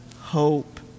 hope